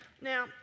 Now